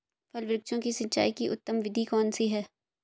फल वृक्षों की सिंचाई की उत्तम विधि कौन सी है?